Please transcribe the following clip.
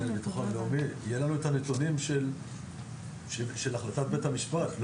יהיה לנו את הנתונים של החלטת בית המשפט.